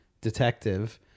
detective